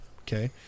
Okay